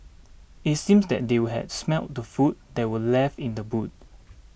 it seems that they had smelt the food that were left in the boot